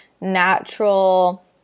natural